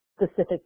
specific